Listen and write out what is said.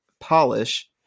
polish